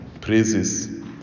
praises